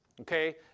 Okay